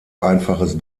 einfaches